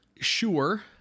sure